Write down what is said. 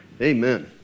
Amen